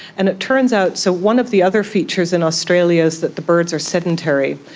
and it turns out, so one of the other features in australia is that the birds are sedentary.